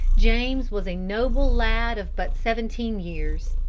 james was a noble lad of but seventeen years.